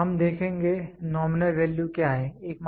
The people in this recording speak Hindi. फिर हम देखेंगे नॉमिनल वैल्यू क्या है